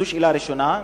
זו שאלה ראשונה.